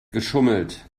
geschummelt